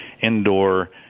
Indoor